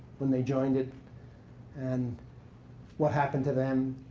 when they joined it and what happened to them,